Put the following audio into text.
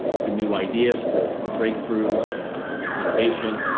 to new ideas for for breakthroughs and innovation,